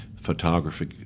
photography